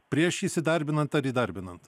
prieš įsidarbinant ar įdarbinant